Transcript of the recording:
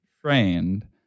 trained